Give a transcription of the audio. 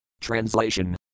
Translation